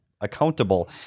accountable